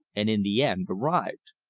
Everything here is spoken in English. and in the end arrived.